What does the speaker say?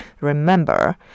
Remember